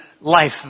life